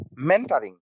mentoring